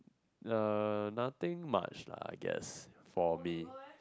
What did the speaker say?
uh nothing much lah I guess for me